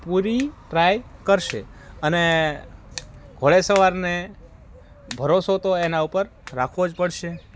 પૂરો ટ્રાઈ કરશે અને ઘોડે સવારને ભરોસો તો એના ઉપર રાખવો જ પડશે